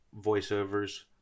voiceovers